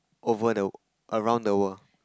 over the around the world